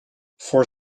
voor